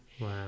Wow